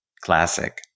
Classic